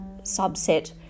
subset